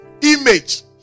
image